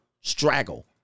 straggle